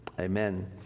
amen